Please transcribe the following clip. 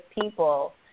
people